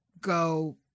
go